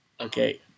okay